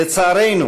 לצערנו,